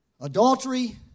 Adultery